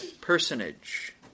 personage